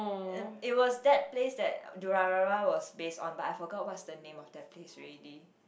it was that place that Durarara was based on but I forgot what's the name of that place already